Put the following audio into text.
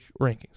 rankings